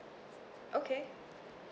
okay